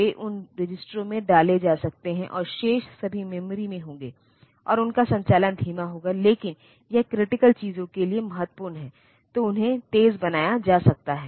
तो 80 आप कह सकते हैं कि ओपकोड है और इसका मतलब है कि इसका मेनीमनॉनिक ADD B है तो ADD B मेनीमनॉनिक है 80 ओपकोड है